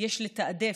יש לתעדף,